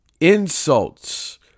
insults